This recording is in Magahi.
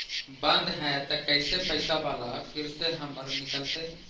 बन्द हैं त कैसे पैसा बाला फिर से हमर निकलतय?